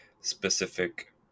specific